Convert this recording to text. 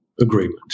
agreement